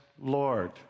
Lord